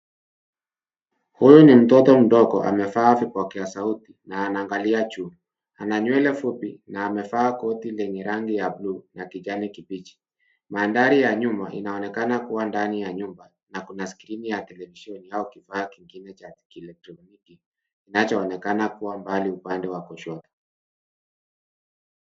Huyu ni mtoto mdogo amevaa vipokeasauti na anaangalia juu. Ana nywele fupi na amevaa koti lenye rangi ya buluu na kijani kibichi. Mandhari ya nyuma inaonekana kuwa ndani ya nyumba na kuna skrini ya televisheni au kifaa kingine cha skrini tu kinachoonekana kuwa mbali upande wa kushoto.